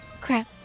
Crap